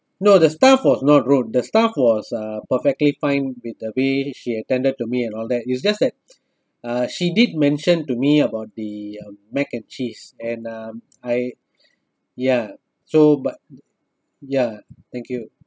no the staff was not rude the staff was uh perfectly fine with the way she attended to me and all that is just that uh she did mention to me about the uh mac and cheese and um I ya so but ya thank you